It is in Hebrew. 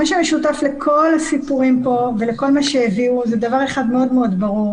מה שמשותף לכל הסיפורים פה ולכל מה שהביאו זה דבר אחד מאוד-מאוד ברור